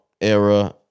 era